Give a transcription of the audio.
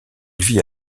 vit